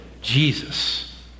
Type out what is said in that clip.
Jesus